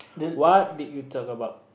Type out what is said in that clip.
what did you tell about